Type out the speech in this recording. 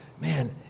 Man